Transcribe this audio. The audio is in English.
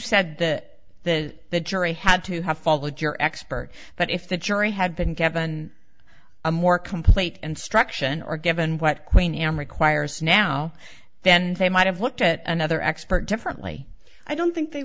said that that the jury had to have followed your expert but if the jury had been given a more complete and struction or given what queenie am requires now then they might have looked at another expert differently i don't think they